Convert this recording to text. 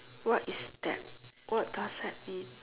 what is that what does that mean